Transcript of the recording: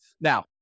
Now